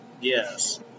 Yes